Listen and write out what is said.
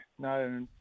no